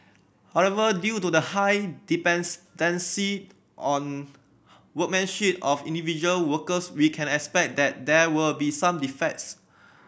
however due to the high on workmanship of individual workers we can expect that there will be some defects